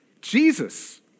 Jesus